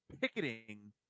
picketing